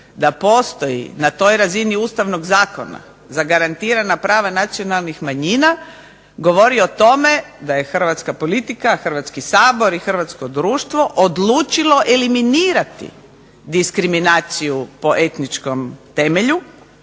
da postoji na toj razini Ustavnog zakona zagarantirana prava nacionalnih manjina govori o tome da je hrvatska politika, Hrvatski sabor i hrvatsko društvo odlučilo eliminirati diskriminaciju po etničkom temelju